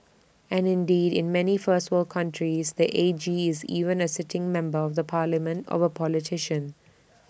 and indeed in many first world countries the A G is even A sitting member of the parliament or A politician